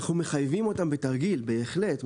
אנחנו מחייבים אותם בתרגיל, בהחלט.